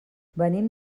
venim